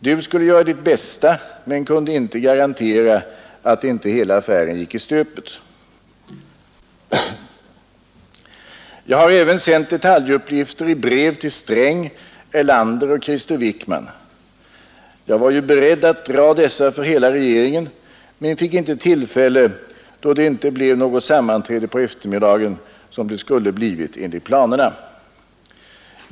”Du skulle göra Ditt bästa, men kunde inte garantera att inte hela affären gick i stöpet.” Jag har även sänt detaljuppgifter i brev till Sträng, Erlander och Krister Wickman. Jag var ju beredd att dra dessa för hela regeringen, men fick inte tillfälle då det inte blev något sammanträffande på eftermiddagen som det skulle blivit enligt planerna.